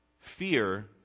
fear